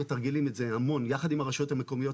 מתרגלים את זה המון יחד עם הרשויות המקומיות.